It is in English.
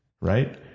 right